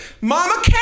mama